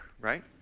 right